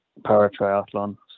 paratriathlon